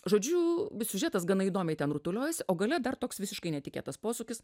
žodžiu siužetas gana įdomiai ten rutuliojasi o gale dar toks visiškai netikėtas posūkis